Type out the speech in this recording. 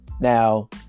Now